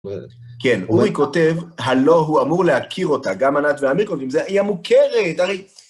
כן, אורי כותב, הלא הוא אמור להכיר אותה, גם ענת ואמיר כותבים, היא המוכרת, הרי...